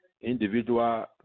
individual